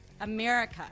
America